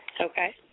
Okay